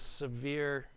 severe